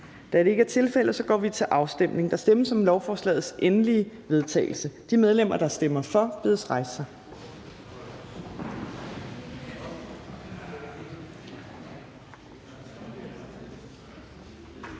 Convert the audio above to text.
Fjerde næstformand (Trine Torp): Der stemmes om lovforslagets endelige vedtagelse. De medlemmer, der stemmer for, bedes rejse sig.